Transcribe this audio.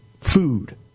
food